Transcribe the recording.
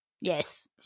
Yes